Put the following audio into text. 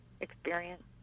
experience